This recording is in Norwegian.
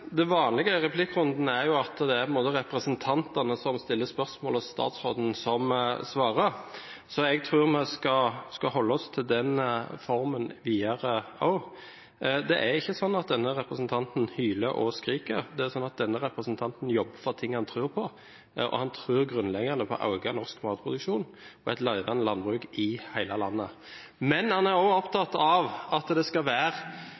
vanlige i replikkrundene er at det er representantene som stiller spørsmål, og statsråden som svarer. Jeg tror vi skal holde oss til den formen videre også. Det er ikke sånn at denne representanten hyler og skriker. Det er sånn at denne representanten jobber for ting han tror på, og han tror grunnleggende på å øke norsk matproduksjon og et levende landbruk i hele landet. Men han er også opptatt av at det skal være